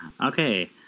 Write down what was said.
Okay